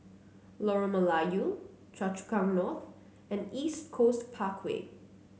Lorong Melayu Choa Chu Kang North and East Coast Parkway